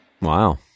Wow